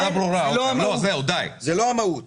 זה לא המצב כאן.